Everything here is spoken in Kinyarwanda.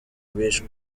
bishwe